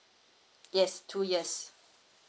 yes two years